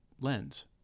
lens